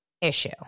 issue